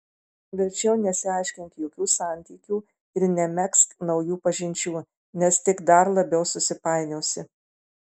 verčiau nesiaiškink jokių santykių ir nemegzk naujų pažinčių nes tik dar labiau susipainiosi